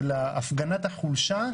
של הפגנת החולשה,